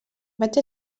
vaig